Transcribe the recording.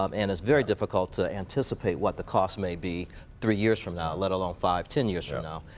um and it's very difficult to anticipate what the costs may be three years from now, let alone, five, ten years from now,